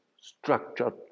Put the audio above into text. structured